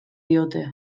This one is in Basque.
diote